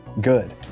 good